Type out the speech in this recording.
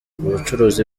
ubucuruzi